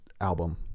album